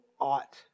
ought